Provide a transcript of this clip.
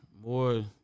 more